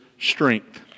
strength